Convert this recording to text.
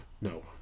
No